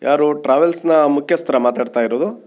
ಯಾರು ಟ್ರಾವೆಲ್ಸ್ನ ಮುಖ್ಯಸ್ತರಾ ಮಾತಾಡ್ತಾ ಇರೋದು